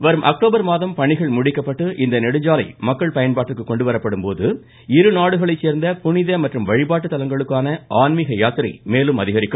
வரும் அக்டோபர் மாதம் பணிகள் முடிக்கப்பட்டு இந்த நெடுஞ்சாலை மக்கள் பயன்பாட்டிற்கு கொண்டு வரப்படும் போது இருநாடுகளைச் சேர்ந்த புனித மற்றும் வழிபாட்டு தலங்களுக்கான ஆன்மீக யாத்திரை மேலும் அதிகரிக்கும்